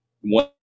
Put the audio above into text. one